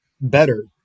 better